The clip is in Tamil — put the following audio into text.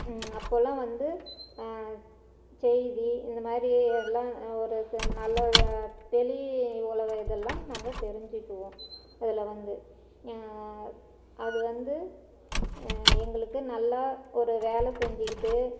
அப்போ எல்லாம் வந்து செய்தி இந்தமாதிரி எல்லாம் ஒரு ச நல்ல வெளி உலக இதெல்லாம் நாங்கள் தெரிஞ்சிக்குவோம் அதில் வந்து அது வந்து எங்களுக்கு நல்லா ஒரு வேலை செஞ்சுக்கிட்டு